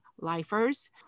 Lifers